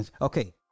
okay